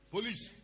Police